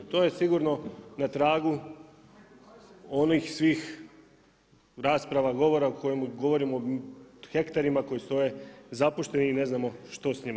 To je sigurno na tragu onih svih rasprava, govorima u kojima govorimo o hektarima koja stoje zapušteni i ne znamo što s njima.